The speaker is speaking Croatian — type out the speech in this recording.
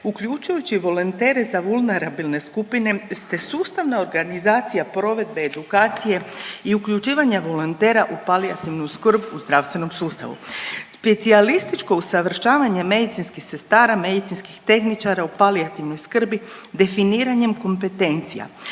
uključujući i volontere za vulnerabilne skupine, te sustavna organizacija provedbe edukacije u uključivanjem volontera u palijativnu skrb u zdravstvenom sustavu. Specijalističko usavršavanje medicinskih sestara, medicinskih tehničara u palijativnoj skrbi definiranjem kompetencija.